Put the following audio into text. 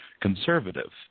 conservative